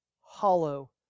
hollow